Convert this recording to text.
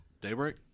Daybreak